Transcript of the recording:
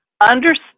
understand